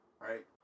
right